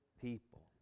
people